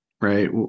Right